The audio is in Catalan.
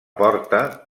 porta